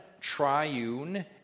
triune